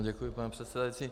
Děkuji, paní předsedající.